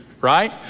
right